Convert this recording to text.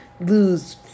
lose